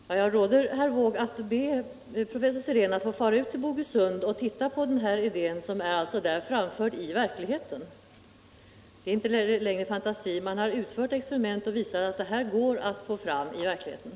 Herr talman! Jag råder herr Wååg att be professor Sirén att få fara ut till Bogesund och titta. Där är den här idén omsatt i verkligheten. Det är inte längre fantasier. Man har utfört experiment och visat att idén går att förverkliga.